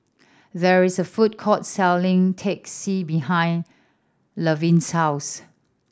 there is a food court selling Teh C behind Levin's house